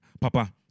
Papa